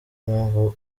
mpamvu